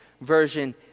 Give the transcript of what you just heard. Version